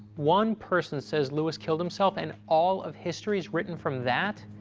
one person says lewis killed himself, and all of history is written from that?